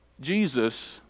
Jesus